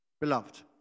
Beloved